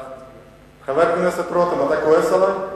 חבר הכנסת רותם, אתה כועס עלי?